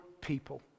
people